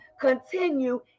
continue